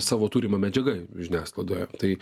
savo turima medžiaga žiniasklaidoje tai